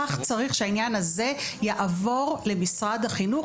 כך צריך שהעניין הזה יעבור למשרד החינוך.